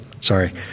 Sorry